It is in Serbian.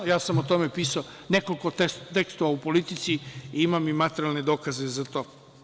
Ja sam o tome pisao nekoliko tekstova u „Politici“, imam i materijalne dokaze za to.